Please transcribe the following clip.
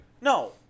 No